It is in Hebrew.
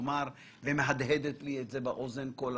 תאמר - היא מהדהדת לי את זה באוזן כל הזמן,